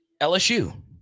LSU